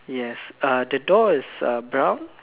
yes uh the door is uh brown